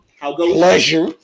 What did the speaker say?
pleasure